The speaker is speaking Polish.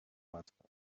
łatwo